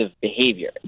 behavior